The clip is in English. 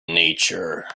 nature